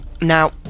Now